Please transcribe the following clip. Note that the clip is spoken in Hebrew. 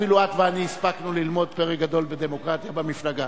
אפילו את ואני הספקנו ללמוד פרק גדול בדמוקרטיה במפלגה.